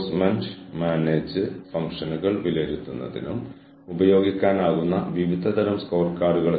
പക്ഷേ മൊത്തത്തിൽ എച്ച്ആർ പോളിസികൾ രൂപീകരിക്കുന്നതിലും നടപ്പിലാക്കുന്നതിലും സ്വാധീനം ചെലുത്തുന്ന ചില ഘടകങ്ങൾ ഇവയാണ്